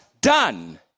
done